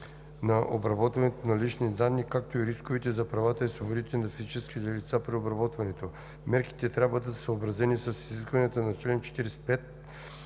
на обработването на лични данни, както и рисковете за правата и свободите на физическите лица при обработването. Мерките трябва да са съобразени с изискванията на чл.